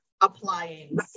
applying